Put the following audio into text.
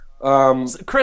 Chris